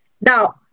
Now